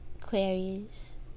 queries